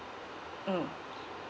mm